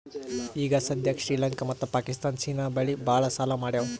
ಈಗ ಸದ್ಯಾಕ್ ಶ್ರೀಲಂಕಾ ಮತ್ತ ಪಾಕಿಸ್ತಾನ್ ಚೀನಾ ಬಲ್ಲಿ ಭಾಳ್ ಸಾಲಾ ಮಾಡ್ಯಾವ್